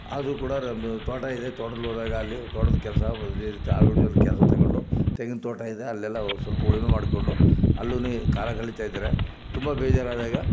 ಆದರೂ ಕೂಡ ನಂದು ತೋಟ ಇದೆ ತೋಟದಲ್ ಹೋದಾಗ ಅಲ್ಲಿ ತೋಟದ್ ಕೆಲಸ ಇದೇ ರೀತಿ ಆಳುಗಳು ಜೊತೆಗೆ ಕೆಲಸ ತಗೊಂಡು ತೆಂಗಿನ ತೋಟ ಇದೆ ಅಲ್ಲೆಲ್ಲ ಸ್ವಲ್ಪ ಉಳುಮೆ ಮಾಡಿಕೊಂಡು ಅಲ್ಲೂ ಕಾಲ ಕಳಿತಾ ಇದ್ದೇನೆ ತುಂಬ ಬೇಜಾರಾದಾಗ